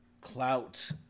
clout